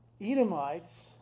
Edomites